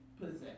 possess